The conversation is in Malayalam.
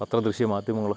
പത്രദൃശ്യമാധ്യമങ്ങൾ